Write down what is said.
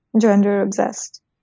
gender-obsessed